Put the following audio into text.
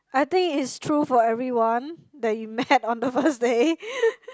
I think it's true for everyone that you met on the first day